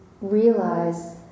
realize